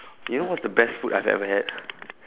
you know what's the best food I've ever had